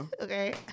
Okay